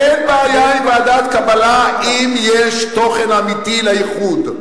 אין בעיה עם ועדת קבלה אם יש תוכן אמיתי לייחוד.